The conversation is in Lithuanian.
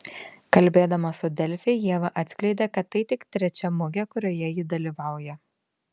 kalbėdama su delfi ieva atskleidė kad tai tik trečia mugė kurioje ji dalyvauja